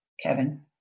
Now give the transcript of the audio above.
Kevin